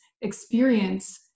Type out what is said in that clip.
experience